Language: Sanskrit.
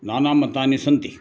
नाना मतानि सन्ति